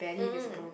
mm